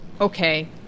okay